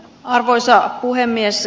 arvoisa puhemies